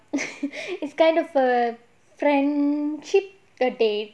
it's kind of it's kind of a friendship err date